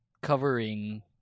covering